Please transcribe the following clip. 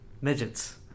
midgets